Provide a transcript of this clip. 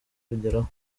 kugeraho